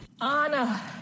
Anna